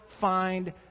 find